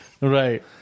Right